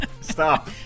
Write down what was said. Stop